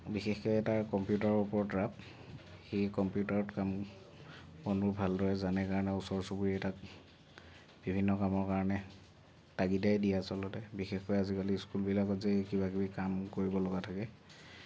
বিশেষকৈ তাৰ কম্পিউটাৰৰ ওপৰত ৰাপ সি কম্পিউটাৰত কাম বনবোৰ ভালদৰে জানে কাৰণে ওচৰ চুবুৰীয়াই তাক বিভিন্ন কামৰ কাৰণে তাগিদাই দিয়ে আচলতে বিশেষকৈ আজিকালি স্কুলবিলাকত যে এই কিবা কিবি কাম কৰিব লগা থাকে